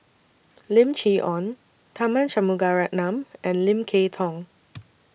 Lim Chee Onn Tharman Shanmugaratnam and Lim Kay Tong